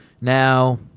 Now